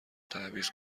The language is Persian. تعویض